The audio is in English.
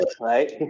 right